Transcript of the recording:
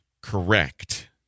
Correct